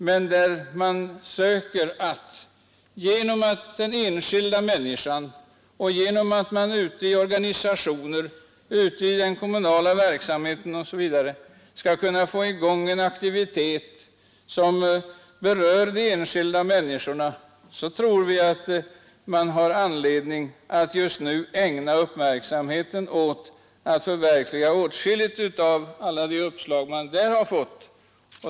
Det är inte säkert att varje uppslag passar alla. Genom att man ute i organisationer och ute i den kommunala verksamheten söker få i gång en aktivitet, som berör de enskilda människorna, tror vi att man har anledning att just nu ägna uppmärksamheten åt ett förverkligande av olika uppslag som man där har fått.